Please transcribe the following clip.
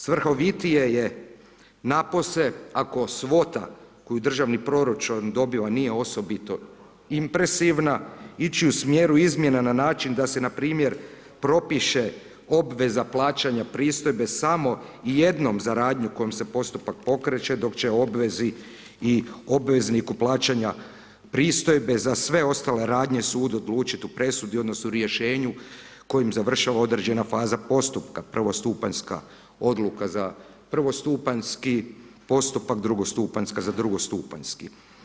Svrhovitije je napose ako svota koju državni proračun dobiva nije osobito impresivna, ići u smjeru izmjena na način da se npr. propiše obveza plaćanja pristojbe, samo i jednom za radnju kojom se postupak pokreće, dok će obvezi i obvezniku plaćanja pristojbe za sve ostale radnje sud odlučiti u presudi, odnosno, riješenu, kojom završava određena faza postupka prvostupanjska, odluka za prvostupanjski postupak, drugostupanjska za drugostupanjski.